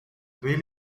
twee